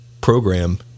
program